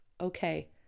okay